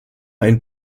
ein